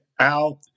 out